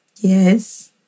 Yes